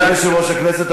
אדוני סגן יושב-ראש הכנסת,